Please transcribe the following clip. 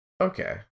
Okay